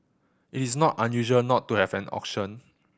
it is not unusual not to have an auction